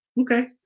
Okay